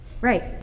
Right